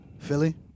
Philly